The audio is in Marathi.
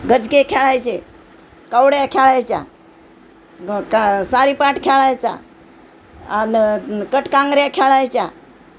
गजके खेळायचे कवड्या खेळायच्या का सारीपाट खेळायचा आणि कटकांगऱ्या खेळायच्या